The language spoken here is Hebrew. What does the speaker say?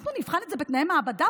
אנחנו נבחן את זה בתנאי מעבדה?